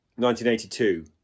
1982